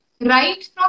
Right